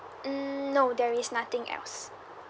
hmm no there is nothing else